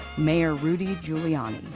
mayor rudy giuliani.